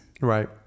Right